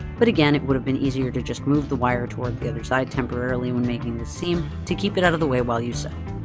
but again it would have been easier to just move the wire toward the other side temporarily when making this seam, to keep it out of the way while you sew.